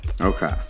okay